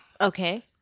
Okay